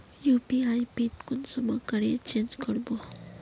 UPI PIN कुंसम करे change करबो?